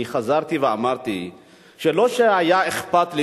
אני חזרתי ואמרתי שלא שהיה אכפת לי